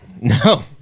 No